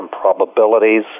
probabilities